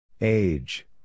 Age